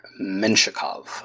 Menshikov